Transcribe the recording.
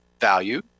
value